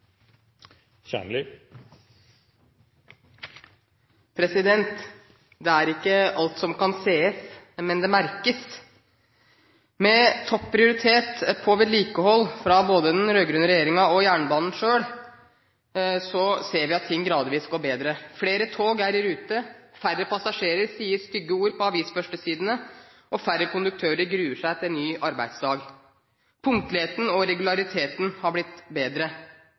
ikke alt som kan ses, men det merkes. Med å gi topp prioritet til vedlikehold av jernbanen fra både den rød-grønne regjeringen og jernbanen selv, ser vi at ting gradvis går bedre. Flere tog er i rute, færre passasjerer sier stygge ord på avisførstesidene, og færre konduktører gruer seg til en ny arbeidsdag. Punktligheten og regulariteten har blitt bedre.